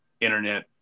internet